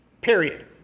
Period